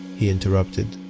he interrupted.